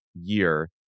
year